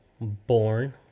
born